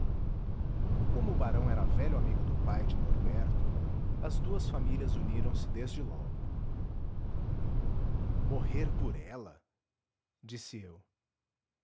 como o barão era velho amigo do pai de norberto as duas famílias uniram se desde logo morrer por ela disse eu